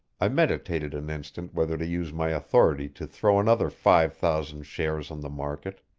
i meditated an instant whether to use my authority to throw another five thousand shares on the market.